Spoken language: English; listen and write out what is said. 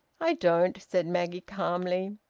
i don't, said maggie calmly.